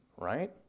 right